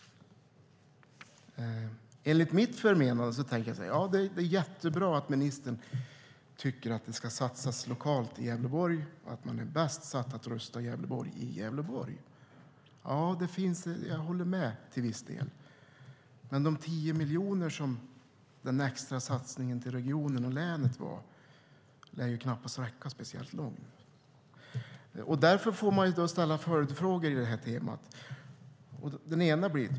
Enligt mitt förmenande är det jättebra att ministern tycker att det ska satsas lokalt i Gävleborg. Det är i Gävleborg man är bäst på att rusta i Gävleborg. Jag håller med till viss del. Men den extra satsningen till regionen och länet på 10 miljoner lär knappast räcka speciellt långt. Därför får man ställa följdfrågor på temat.